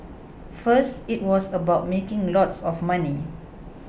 first it was about making lots of money